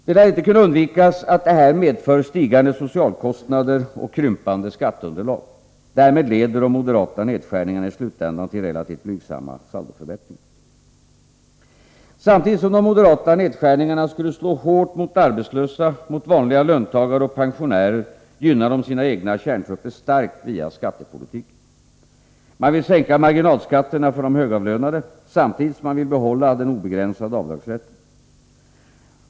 Det lär inte kunna undvikas att detta medför stigande socialkostnader och krympande skatteunderlag. Därmed leder de moderata nedskärningarna i slutändan till relativt blygsamma saldoförbättringar. Samtidigt som de moderata nedskärningarna skulle slå hårt mot arbetslösa, mot vanliga löntagare och pensionärer, gynnar moderaterna sina egna kärntrupper starkt via skattepolitiken. Man vill sänka marginalskatterna för de högavlönade samtidigt som man vill behålla den obegränsade avdragsrätten.